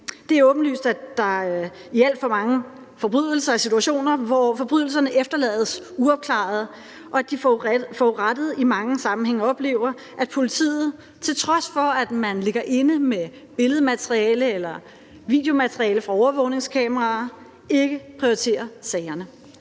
Det er åbenlyst, at der ved alt for mange forbrydelser er situationer, hvor forbrydelserne efterlades uopklarede, og at de forurettede i mange sammenhænge oplever, at politiet – til trods for at man ligger inde med billedmateriale eller videomateriale fra overvågningskameraer – ikke prioriterer sagerne.